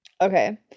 Okay